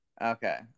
Okay